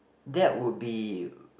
that would be